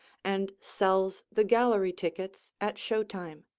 and sells the gallery tickets at show time.